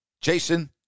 Jason